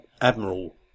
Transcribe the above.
Admiral